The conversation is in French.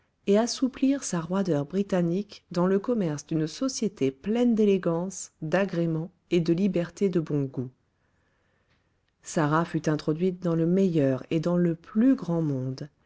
et assouplir sa roideur britannique dans le commerce d'une société pleine d'élégance d'agréments et de liberté de bon goût sarah fut introduite dans le meilleur et dans le plus grand monde